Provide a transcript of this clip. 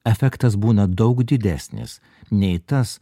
efektas būna daug didesnis nei tas